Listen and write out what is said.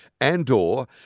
Andor